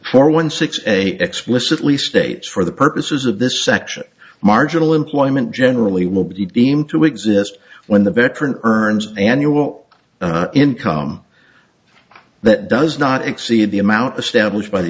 for one six a explicitly states for the purposes of this section marginal employment generally will be deemed to exist when the veteran earns annual income that does not exceed the amount of stablish by the